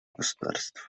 государств